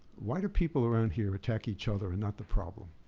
why do people around here attack each other and not the problem?